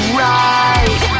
right